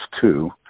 Two